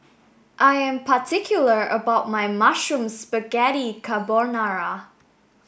I am particular about my mushroom spaghetti carbonara